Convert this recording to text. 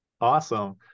awesome